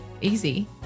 easy